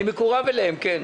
אני מקורב אליהם, כן.